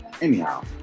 Anyhow